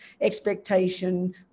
expectation